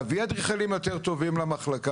אנחנו רואים עלייה בהכנסות המדינה,